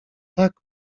tak